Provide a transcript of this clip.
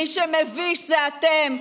מי שמביש זה אתם,